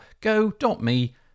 go.me